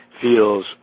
feels